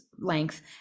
length